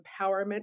empowerment